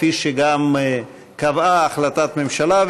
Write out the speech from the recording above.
כפי שגם נקבע בהחלטת ממשלה.